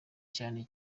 cyane